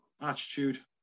attitude